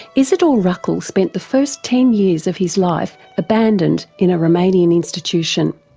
izidor ruckel spent the first ten years of his life abandoned in a romanian institution,